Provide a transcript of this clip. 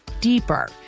deeper